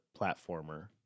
platformer